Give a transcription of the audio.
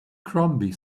crombie